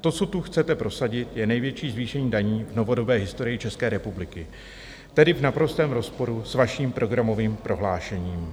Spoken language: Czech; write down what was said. To, co tu chcete prosadit, je největší zvýšení daní v novodobé historii České republiky, tedy v naprostém rozporu s vaším programovým prohlášením.